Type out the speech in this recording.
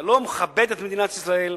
זה לא מכבד את מדינת ישראל,